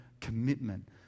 commitment